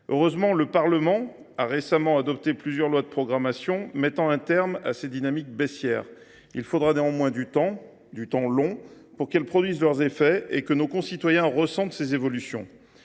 Heureusement, le Parlement a récemment adopté plusieurs lois de programmation mettant un terme à ces dynamiques baissières. Il faudra néanmoins beaucoup de temps pour que celles ci produisent pleinement leurs effets et que nos concitoyens ressentent ces évolutions.